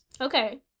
Okay